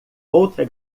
outra